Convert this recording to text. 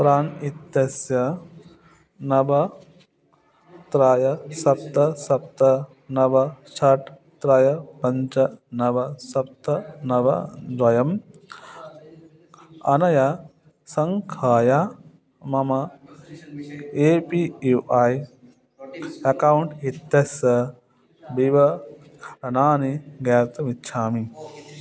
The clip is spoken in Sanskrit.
प्रान् इत्यस्य नव त्रीणि सप्त सप्त नव षट् त्रीणि पञ्च नव सप्त नव द्वे अनया सङ्ख्यया मम A P U I account इत्यस्स विवरणानि ज्ञातुमिच्छामि